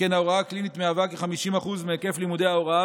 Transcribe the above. שכן ההוראה הקלינית מהווה כ-50% מהיקף לימודי ההוראה